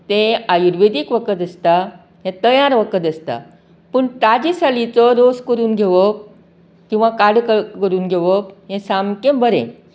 तें आयूर्वेदीक वखद आसता तें तयार वखद आसता पूण ताजे सालीचो रोस करून घेवप किंवा काडो काडून घेवप हे सामके बरें